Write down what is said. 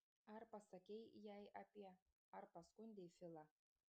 ar pasakei jai apie ar paskundei filą